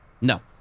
No